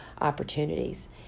opportunities